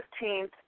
15th